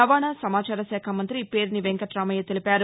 రవాణా సమాచార శాఖ మంత్రి పేర్ని వెంకటరామయ్య తెలిపారు